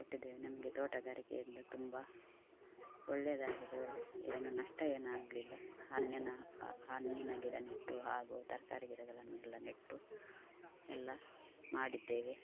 ಕೊಟ್ಟಿದ್ದೇವೆ ನಮಗೆ ತೋಟಗಾರಿಕೆಯಿಂದ ತುಂಬ ಒಳ್ಳೆದಾಗಿದೆ ಏನೂ ನಷ್ಟ ಏನೂ ಆಗಲಿಲ್ಲ ಹಣ್ಣಿನ ಹಣ್ಣಿನ ಗಿಡ ನೆಟ್ಟು ಹಾಗೂ ತರಕಾರಿ ಗಿಡಗಳನ್ನೆಲ್ಲ ನೆಟ್ಟು ಎಲ್ಲ ಮಾಡಿದ್ದೇವೆ